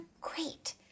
great